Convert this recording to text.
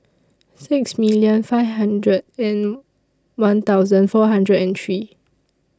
six million five hundred and one thousand four hundred and three